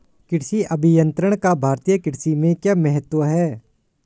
कृषि अभियंत्रण का भारतीय कृषि में क्या महत्व है?